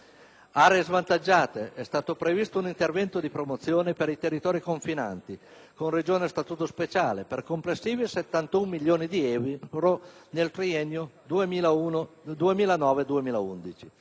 aree svantaggiate, è stato previsto un intervento di promozione per i territori confinanti con Regioni a statuto speciale, per complessivi 71 milioni di euro nel triennio 2009-2011.